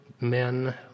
men